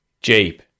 Jeep